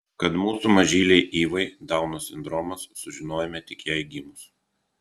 kad mūsų mažylei ivai dauno sindromas sužinojome tik jai gimus